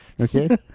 okay